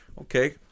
Okay